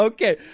Okay